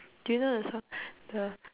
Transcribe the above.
do you know the song the